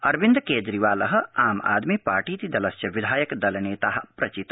अरविन्द क्जिरीवाल आम आदमी पार्टीति दलस्य विधायक दल नत्तिप्रचित